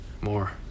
more